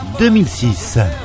2006